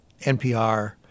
NPR